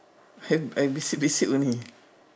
I'm I'm basic basic only